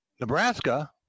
Nebraska